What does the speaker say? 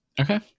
okay